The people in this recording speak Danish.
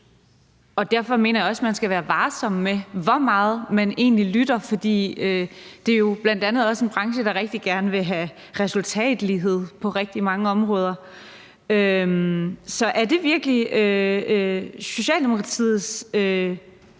og derfor mener jeg også, at man skal være varsom med, hvor meget man egentlig lytter, for det er jo bl.a. også en branche, der rigtig gerne vil have resultatlighed på rigtig mange områder. Så er det virkelig Socialdemokratiets